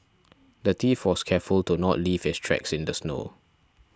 the thief was careful to not leave his tracks in the snow